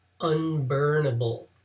unburnable